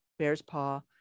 Bearspaw